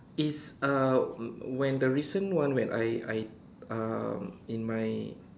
is uh when the recent one when I I um in my